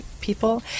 people